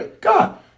God